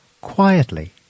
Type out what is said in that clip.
quietly